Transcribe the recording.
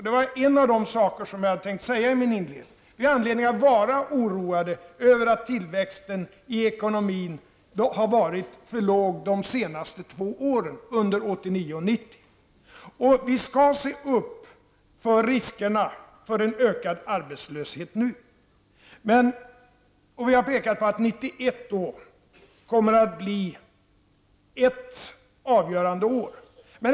Det var en av de saker som jag hade tänkt säga i mitt inledningsanförande. Vi har anledning att vara oroade över att tillväxten i den svenska ekonomin har varit för låg de senaste två åren. Vi skall se upp med riskerna för en ökad arbetslöshet. Vi har påpekat att 1991 kommer att bli ett avgörande år.